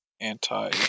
anti